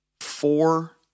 four